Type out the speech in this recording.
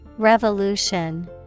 Revolution